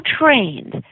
trained